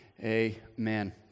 Amen